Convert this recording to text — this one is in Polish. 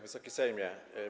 Wysoki Sejmie!